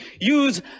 use